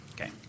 Okay